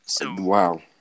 Wow